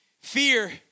Fear